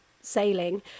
sailing